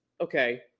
Okay